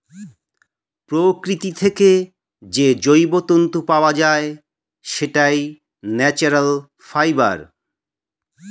প্রকৃতি থেকে যে জৈব তন্তু পাওয়া যায়, সেটাই ন্যাচারাল ফাইবার